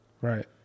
Right